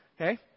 Okay